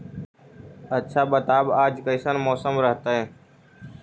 आच्छा बताब आज कैसन मौसम रहतैय?